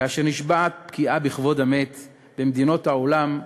כאשר נשמעת פגיעה בכבוד המת במדינות העולם,